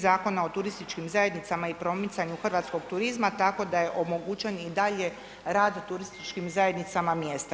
Zakona o turističkim zajednicama i promicanju hrvatskog turizma, tako da je omogućen i dalje rad turističkim zajednicama mjesta.